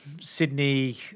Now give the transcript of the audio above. Sydney